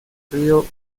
río